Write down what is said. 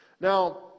Now